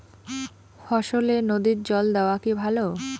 ফসলে নদীর জল দেওয়া কি ভাল?